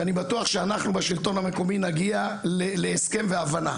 ואני בטוח שאנחנו בשלטון המקומי נגיע להסכם והבנה.